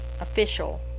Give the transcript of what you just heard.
official